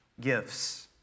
gifts